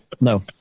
No